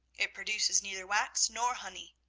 it produces neither wax nor honey